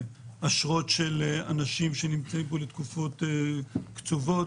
אם זה אשרות של אנשים שנמצאים פה לתקופות קצובות,